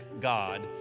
God